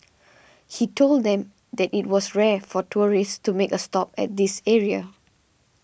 he told them that it was rare for tourists to make a stop at this area